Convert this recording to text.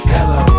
Hello